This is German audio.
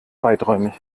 weiträumig